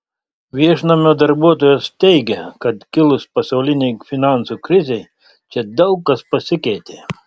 viešnamio darbuotojos teigia kad kilus pasaulinei finansų krizei čia daug kas pasikeitė